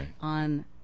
on